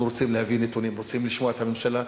אנחנו רוצים להביא נתונים, רוצים לשמוע את הממשלה,